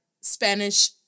Spanish